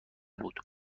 بود